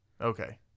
Okay